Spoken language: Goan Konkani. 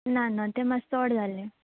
ना ना तें मातशें चोड जालें